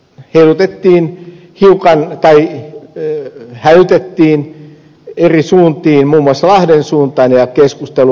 sen jälkeen siitä hälytettiin eri suuntiin muun muassa lahden suuntaan ja keskustelu alkoi